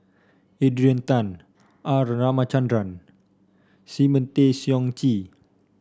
Adrian Tan R Ramachandran Simon Tay Seong Chee